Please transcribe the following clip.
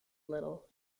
little